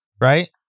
right